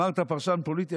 אמרת פרשן פוליטי?